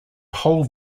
whole